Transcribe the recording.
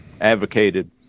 advocated